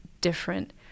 different